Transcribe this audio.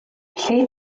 lle